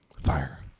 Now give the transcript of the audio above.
Fire